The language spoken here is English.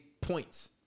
Points